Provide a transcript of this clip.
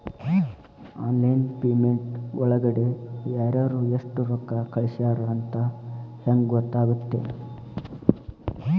Online payment ಒಳಗಡೆ ಯಾರ್ಯಾರು ಎಷ್ಟು ರೊಕ್ಕ ಕಳಿಸ್ಯಾರ ಅಂತ ಹೆಂಗ್ ಗೊತ್ತಾಗುತ್ತೆ?